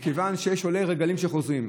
מכיוון שיש עולי רגלים שחוזרים,